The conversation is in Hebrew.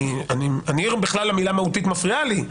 אני בכלל המילה "מהותית" מפריעה לי.